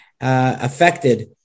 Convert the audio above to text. affected